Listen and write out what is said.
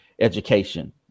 education